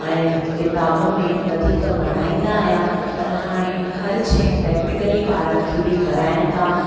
ऐं किताबुनि में वधीक पढ़ाईंदा आहियां पर हाणे हर शइ प्रैक्टिकली बि ॿारनि खे बि कराइनि था